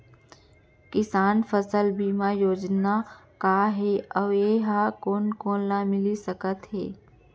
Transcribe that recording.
किसान फसल बीमा योजना का हे अऊ ए हा कोन कोन ला मिलिस सकत हे?